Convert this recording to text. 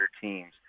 teams